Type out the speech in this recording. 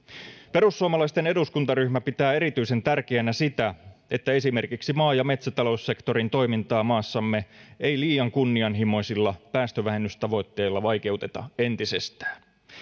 perussuomalaisten eduskuntaryhmä pitää erityisen tärkeänä sitä että esimerkiksi maa ja metsätaloussektorin toimintaa maassamme ei liian kunnianhimoisilla päästövähennystavoitteilla vaikeuteta entisestään